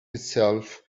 himself